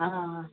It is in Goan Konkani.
आ